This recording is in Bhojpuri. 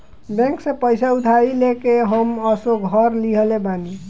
बैंक से पईसा उधारी लेके हम असो घर लीहले बानी